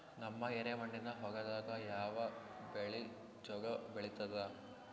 ನಮ್ಮ ಎರೆಮಣ್ಣಿನ ಹೊಲದಾಗ ಯಾವ ಬೆಳಿ ಚಲೋ ಬೆಳಿತದ?